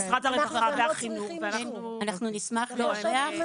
פתע, או שזה יהיה